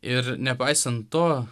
ir nepaisant to